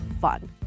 fun